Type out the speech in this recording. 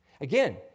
Again